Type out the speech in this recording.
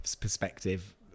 perspective